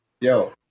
yo